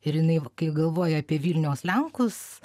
ir jinai kai galvoja apie vilniaus lenkus